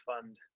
fund